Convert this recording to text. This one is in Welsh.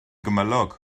gymylog